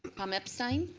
tom epstein.